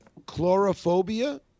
Chlorophobia